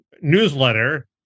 newsletter